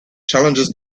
challenges